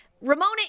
Ramona